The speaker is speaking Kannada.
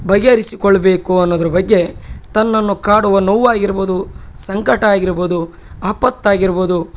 ಬಗೆಹರಿಸಿಕೊಳ್ಳಬೇಕು ಅನ್ನೋದ್ರ ಬಗ್ಗೆ ತನ್ನನ್ನು ಕಾಡುವ ನೋವಾಗಿರಬೋದು ಸಂಕಟ ಆಗಿರಬೋದು ಆಪತ್ತಾಗಿರಬೋದು